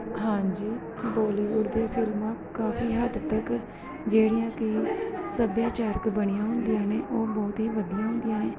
ਹਾਂਜੀ ਬੋਲੀਵੁੱਡ ਦੀਆਂ ਫਿਲਮਾਂ ਕਾਫ਼ੀ ਹੱਦ ਤੱਕ ਜਿਹੜੀਆਂ ਕਿ ਸੱਭਿਆਚਾਰਕ ਬਣੀਆਂ ਹੁੰਦੀਆਂ ਨੇ ਉਹ ਬਹੁਤ ਹੀ ਵਧੀਆ ਹੁੰਦੀਆਂ ਨੇ